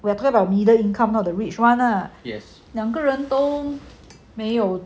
we are talking our middle income not the rich [one] lah 两个人都没有